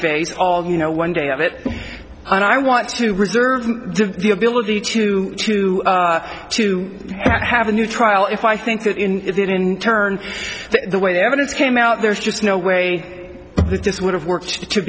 phase all you know one day of it and i want to reserve the ability to to to have a new trial if i think that it in turn the way the evidence came out there's just no way that this would have worked to